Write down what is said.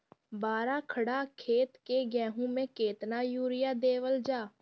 बारह कट्ठा खेत के गेहूं में केतना यूरिया देवल जा?